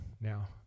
now